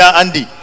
andy